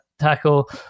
tackle